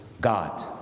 God